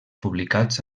publicats